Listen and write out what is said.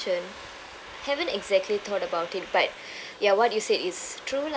haven't exactly thought about it but ya what you said is true lah